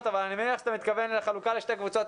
אבל אני מניח שאתה מתכוון לחלוקה לשתי קבוצות,